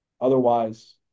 Otherwise